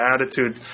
attitude